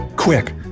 Quick